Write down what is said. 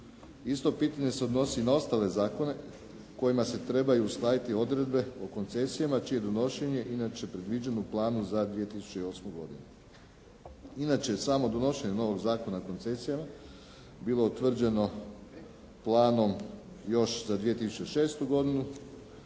Isto pitanje se odnosi na ostale zakone kojima se trebaju uskladiti odredbe o koncesijama čije donošenje inače predviđeno u planu za 2008. godinu. Inače, samo donošenje novog Zakona o koncesijama bilo utvrđeno planom još za 2006. godinu,